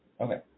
Okay